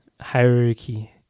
hierarchy